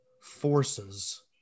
forces